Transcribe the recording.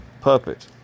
puppet